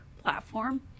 platform